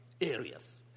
areas